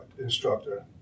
instructor